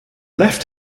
left